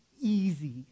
easy